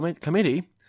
committee